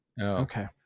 okay